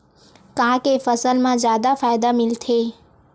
का के फसल मा जादा फ़ायदा मिलथे?